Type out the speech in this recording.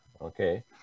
Okay